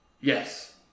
Yes